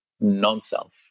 non-self